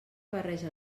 barreja